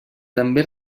també